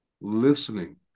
listening